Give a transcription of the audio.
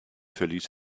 verließ